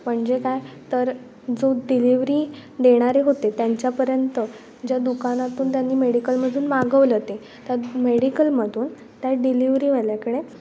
म्हणजे काय तर जो डिलेवरी देणारे होते त्यांच्यापर्यंत ज्या दुकानातून त्यांनी मेडिकलमधून मागवलं ते त्या मेडिकलमधून त्या डिलिव्हरीवाल्याकडे